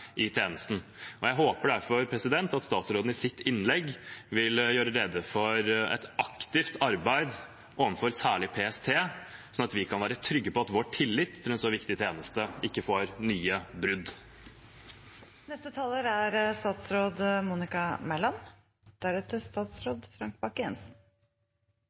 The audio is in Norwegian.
i tjenesten, og jeg håper derfor at statsråden i sitt innlegg vil gjøre rede for et aktivt arbeid overfor særlig PST, slik at vi kan være trygge på at vår tillit til en så viktig tjeneste ikke får nye